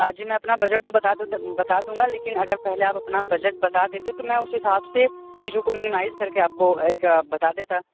जी मैं अपना बजट तो बता दूँ बता दूंगा लेकिन अगर पहले आप अपना बजट बता देते तो मैं उस हिसाब से चीज़ों को मिनीमाइज़ कर के आपको एक बता देता